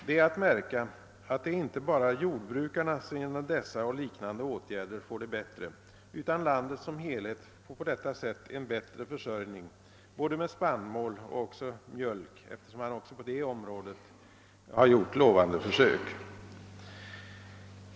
Det är att märka, att det är inte bara jordbrukarna, som genom dessa och liknande åtgärder får det bättre, utan landet som helhet får på detta sätt en bättre försörjning både med spannmål och också mjölk, eftersom man också på det området har gjort lovande försök.